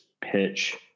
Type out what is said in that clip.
pitch